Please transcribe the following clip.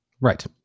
Right